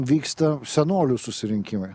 vyksta senolių susirinkimai